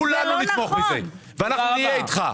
כולנו נתמוך בזה ונהיה אתך.